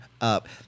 up